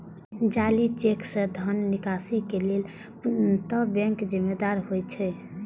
जाली चेक सं धन निकासी के लेल पूर्णतः बैंक जिम्मेदार होइ छै